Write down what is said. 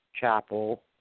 chapel